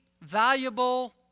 valuable